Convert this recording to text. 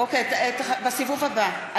אוקיי, בסיבוב הבא.